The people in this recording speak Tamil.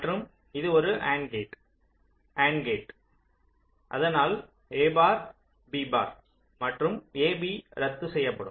மற்றும் இது அண்ட் கேட் அண்ட் கேட் அதனால் a பார் b பார் மற்றும் ab ரத்துசெய்யப்படும்